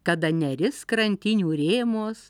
kada neris krantinių rėmuos